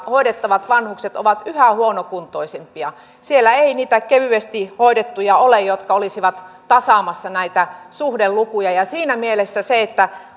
hoidettavat vanhukset ovat yhä huonokuntoisempia ja siellä ei ole niitä kevyesti hoidettuja jotka olisivat tasaamassa näitä suhdelukuja siinä mielessä sillä että